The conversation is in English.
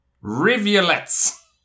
Rivulets